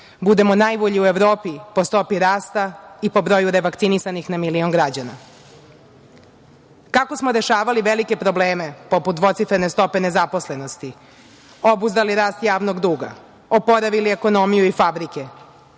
budemo najbolji u Evropi po stopi rasta i po broju revakcinisanih na milion građana. Kako smo rešavali velike probleme, poput dvocifrene stope nezaposlenosti, obuzdali rast javnog duga, oporavili ekonomiju i fabrike,